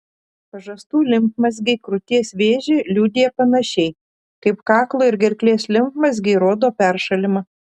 pažastų limfmazgiai krūties vėžį liudija panašiai kaip kaklo ir gerklės limfmazgiai rodo peršalimą